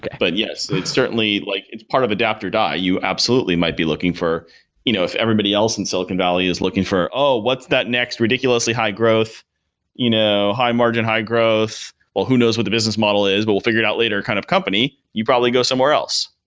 but, yes. it's certainly like it's part of adapt or die. you absolutely might be looking for you know if everybody else in silicon valley is looking for, oh! what's that next ridiculously you know high margin, high-growth? well, who knows what the business model is? but we'll figure it out later kind of company. you probably go somewhere else.